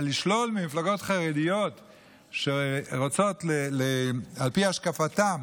אבל לשלול ממפלגות חרדיות שרוצות על פי השקפתן